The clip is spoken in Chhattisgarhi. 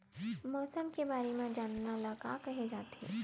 मौसम के बारे म जानना ल का कहे जाथे?